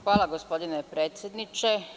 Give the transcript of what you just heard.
Hvala, gospodine predsedniče.